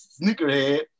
sneakerhead